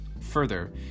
Further